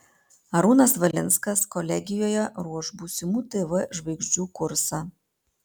arūnas valinskas kolegijoje ruoš būsimų tv žvaigždžių kursą